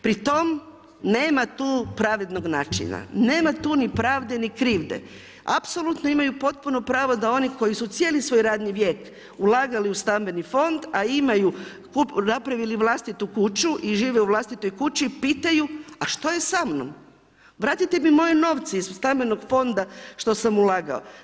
Pri tom, nema tu pravednog načina, nema tu ni pravde ni krivde, apsolutno imaju potpuno pravo da oni koji su cijeli svoj radni vijek ulagali u stambeni fond, a napravili su vlastitu kuću i žive u vlastitoj kući pitaju, a što je sa mnom, vratite mi moje novce iz stambenog fonda što sam ulagao.